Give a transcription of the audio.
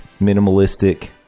minimalistic